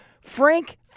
Frank